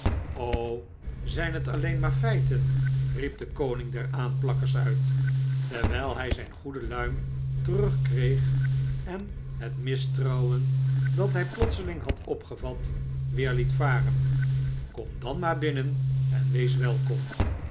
zyn het alleen maar feiten riep de koning der aanplakkers uit terwyl hy zyn goede luim terug kreeg en het mistrouwen dat hij plotseling had opgevat weer het varen kom dan maar binnen en wees welkom